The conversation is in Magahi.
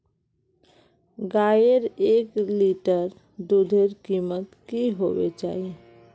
गायेर एक लीटर दूधेर कीमत की होबे चही?